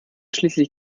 schließlich